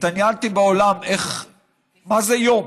התעניינתי בעולם מה זה יום.